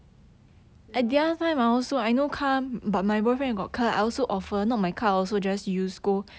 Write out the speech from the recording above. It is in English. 对 lor